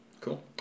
Cool